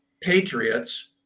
patriots